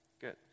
Good